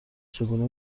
چگونه